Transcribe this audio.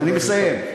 אני מסיים.